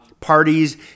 parties